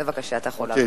בבקשה, אתה יכול להמשיך.